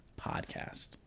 podcast